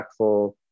impactful